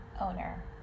owner